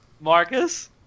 Marcus